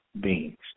beings